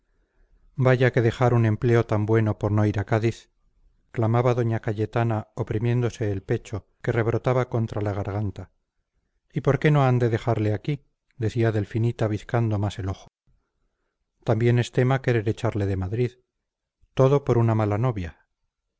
vaya que dejar un empleo tan bueno por no ir a cádiz clamaba doña cayetana oprimiéndose el pecho que rebotaba contra la garganta y por qué no han de dejarle aquí decía delfinita bizcando más el ojo también es tema querer echarle de madrid todo por una mala novia